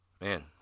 man